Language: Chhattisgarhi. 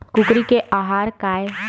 कुकरी के आहार काय?